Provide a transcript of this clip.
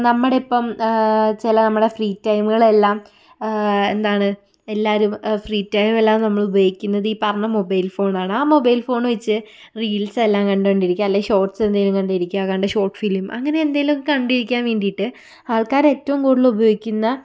നമ്മുടെ ഇപ്പം ചില നമ്മുടെ ഫ്രീ ടൈമുകൾ എല്ലാം എന്താണ് എല്ലാവരും ഫ്രീ ടൈം എല്ലാം നമ്മൾ ഉപയോഗിക്കുന്നത് ഈ പറഞ്ഞ മൊബൈൽ ഫോണാണ് ആ മൊബൈൽ ഫോൺ വെച്ച് റീൽസ് എല്ലാം കണ്ടുകൊണ്ടിരിക്കാം അല്ലെങ്കിൽ ഷോർട്സ് എന്തെങ്കിലും കണ്ട് ഇരിക്കാം അല്ലേ ഷോർട് ഫിലിം അങ്ങനെ എന്തെങ്കിലും കണ്ടിരിക്കാൻ വേണ്ടിയിട്ട് ആൾക്കാർ ഏറ്റവും കൂടുതൽ ഉപയോഗിക്കുന്ന